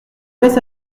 laisse